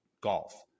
golf